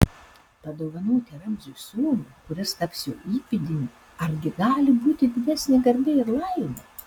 padovanoti ramziui sūnų kuris taps jo įpėdiniu argi gali būti didesnė garbė ir laimė